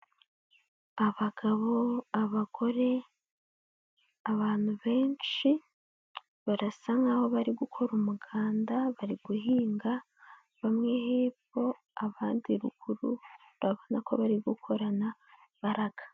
Abagabo, abagore, abantu benshi barasa nkaho bari gukora umuganda, bari guhinga bamwe hepfo abandi ruguru, urabona ko bari gukorana imbaraga.